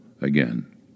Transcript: AGAIN